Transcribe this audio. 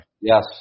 Yes